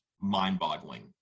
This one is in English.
mind-boggling